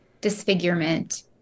Disfigurement